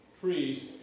trees